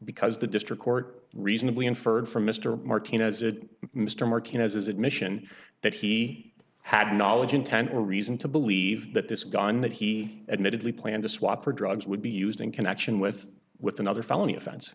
because the district court reasonably inferred from mr martinez and mr martinez his admission that he had knowledge intent or reason to believe that this gun that he admittedly planned to swap for drugs would be used in connection with with another felony offense